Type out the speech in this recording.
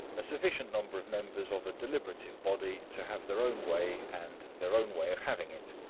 a sufficient number of members of a deliberative body to have their own way and their own way of having it.